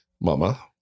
mama